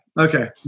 Okay